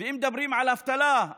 ואם מדברים על אבטלה,